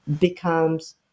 becomes